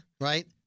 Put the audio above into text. Right